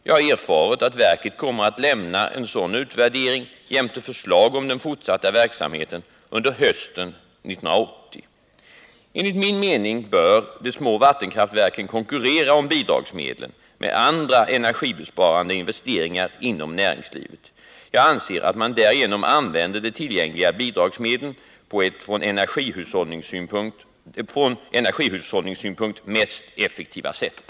Jag har erfarit att verket kommer att lämna en sådan utvärdering jämte förslag om den fortsatta verksamheten under hösten 1980. Enligt min mening bör de små vattenkraftverken konkurrera om bidragsmedlen med andra energibesparande investeringar inom näringslivet. Jag anser att man därigenom använder de tillgängliga bidragsmedlen på det från energihushållningssynpunkt mest effektiva sättet.